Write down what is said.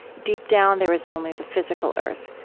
deep down, there is only the physical earth.